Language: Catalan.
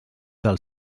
del